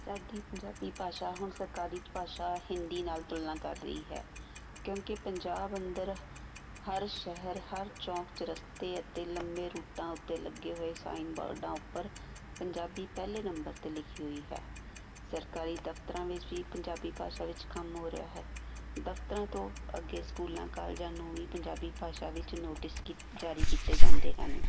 ਸਾਡੀ ਪੰਜਾਬੀ ਭਾਸ਼ਾ ਹੁਣ ਸਰਕਾਰੀ ਭਾਸ਼ਾ ਹਿੰਦੀ ਨਾਲ ਤੁਲਨਾ ਕਰ ਰਹੀ ਹੈ ਕਿਉਂਕਿ ਪੰਜਾਬ ਅੰਦਰ ਹਰ ਸ਼ਹਿਰ ਹਰ ਚੌਂਕ ਚੌਰਸਤੇ ਰਸਤੇ ਅਤੇ ਲੰਮੇ ਰੂਟਾਂ ਉੱਤੇ ਲੱਗੇ ਹੋਏ ਸਾਈਨ ਬੋਰਡਾਂ ਉੱਪਰ ਪੰਜਾਬੀ ਪਹਿਲੇ ਨੰਬਰ 'ਤੇ ਲਿਖੀ ਹੋਈ ਹੈ ਸਰਕਾਰੀ ਦਫ਼ਤਰਾਂ ਵਿੱਚ ਵੀ ਪੰਜਾਬੀ ਭਾਸ਼ਾ ਵਿੱਚ ਕੰਮ ਹੋ ਰਿਹਾ ਹੈ ਦਫ਼ਤਰਾਂ ਤੋਂ ਅੱਗੇ ਸਕੂਲਾਂ ਕਾਲਜਾਂ ਨੂੰ ਵੀ ਪੰਜਾਬੀ ਭਾਸ਼ਾ ਵਿੱਚ ਨੋਟਿਸ ਕੀਤ ਜਾਰੀ ਕੀਤੇ ਜਾਂਦੇ ਹਨ